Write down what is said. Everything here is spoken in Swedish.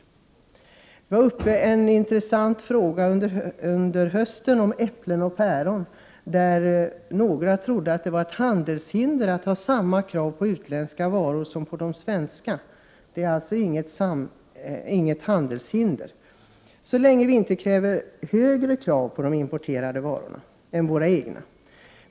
Under hösten var det en intressant fråga om äpplen och päron uppe till diskussion. Några trodde att det var ett handelshinder att ha samma krav på utländska varor som på svenska. Men det är inget handelshinder så länge vi inte sätter högre krav på de importerade varorna än på våra egna varor.